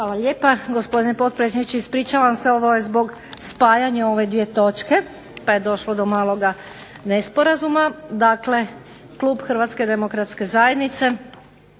Hvala lijepa, gospodine potpredsjedniče. Ispričavam se, ovo je zbog spajanja ove dvije točke pa je došlo do maloga nesporazuma. Dakle, klub Hrvatske demokratske zajednice